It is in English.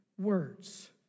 words